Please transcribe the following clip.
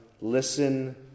Listen